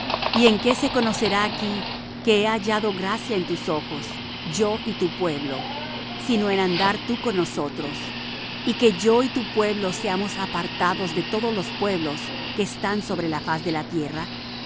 y en qué se conocerá aquí que he hallado gracia en tus ojos yo y tu pueblo sino en andar tú con nosotros y que yo y tu pueblo seamos apartados de todos los pueblos que están sobre la faz de la tierra